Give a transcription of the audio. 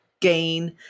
gain